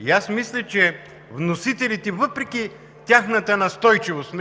и аз мисля, че вносителите въпреки тяхната настойчивост…